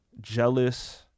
jealous